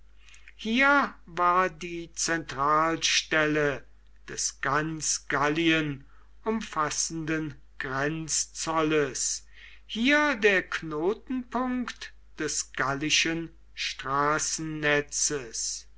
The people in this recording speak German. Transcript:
hier war die zentralstelle des ganz gallien umfassenden grenzzolles hier der knotenpunkt des gallischen